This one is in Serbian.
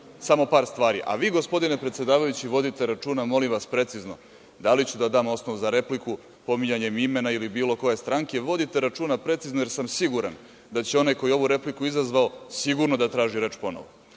samo par stvari, a vi gospodine predsedavajući vodite računa, molim vas, precizno, da li ću da dam osnov za repliku spominjanjem imena ili bilo koje stranke. Vodite računa precizno, jer sam siguran da će onaj koji je ovu repliku izazvao sigurno da traži reč ponovo.